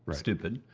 stupid.